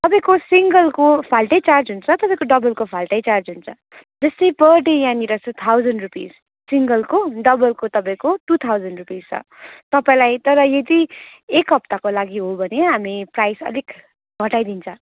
तपाईँको सिङ्गलको फाल्टै चार्ज हुन्छ तपाईँको डबलको फाल्टै चार्ज हुन्छ जस्तै पर डे यहाँनिर छ थाउजन्ड रुपिस सिङ्गलको डबलको तपाईँको टु थाउजन्ड रुपिस छ तपाईँलाई तर यदि एक हप्ताको लागि हो भने हामी प्राइस अलिक घटाइदिन्छौैँ